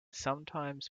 sometimes